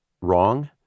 wrong